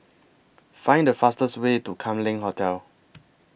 Find The fastest Way to Kam Leng Hotel